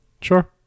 Sure